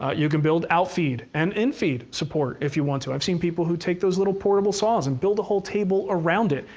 ah you can build out-feed and in-feed support, if you want to, i've seen people who take those little portable saws and build a whole table around it.